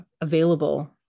available